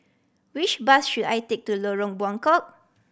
which bus should I take to Lorong Buangkok